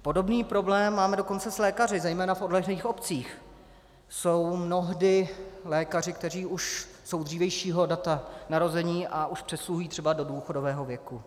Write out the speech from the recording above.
Podobný problém máme dokonce s lékaři, zejména v odlehlých obcích jsou mnohdy lékaři, kteří už jsou dřívějšího data narození a už přesluhují třeba do důchodového věku.